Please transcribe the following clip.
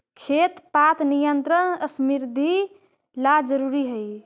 खेर पात नियंत्रण समृद्धि ला जरूरी हई